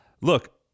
look